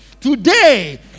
today